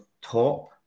top